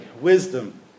wisdom